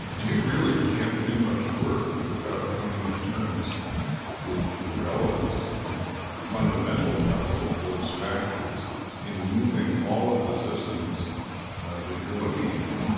you really can't do much work without coming to terms with the relevance and fundamental power of those factors in moving all of the systems that you're looking at.